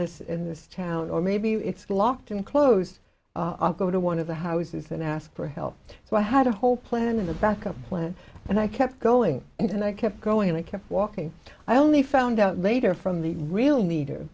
this in this town or maybe it's blocked and closed i'll go to one of the houses and ask for help so i had a whole plan and a backup plan and i kept going and i kept going and i kept walking i only found out later from the real meter